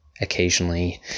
occasionally